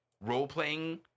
role-playing